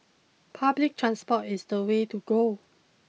public transport is the way to go